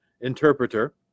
interpreter